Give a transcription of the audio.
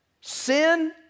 sin